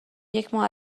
یکماه